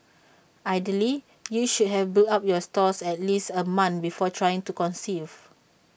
ideally you should have built up your stores at least A month before trying to conceive